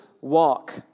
walk